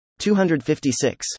256